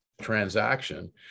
transaction